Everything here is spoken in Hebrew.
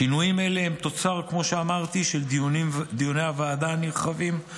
שינויים אלה הם תוצר של דיוני הוועדה הנרחבים,